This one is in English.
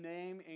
Name